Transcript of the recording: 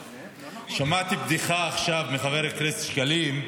שמעתי בדיחה עכשיו מחבר הכנסת שקלים,